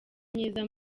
mwiza